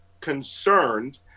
concerned